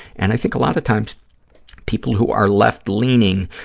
and i think a lot of times people who are left-leaning